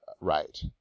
right